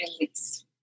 release